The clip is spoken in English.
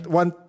one